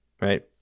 Right